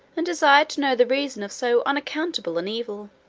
and desired to know the reason of so unaccountable an evil.